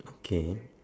okay